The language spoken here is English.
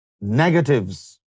negatives